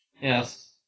Yes